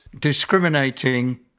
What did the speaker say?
discriminating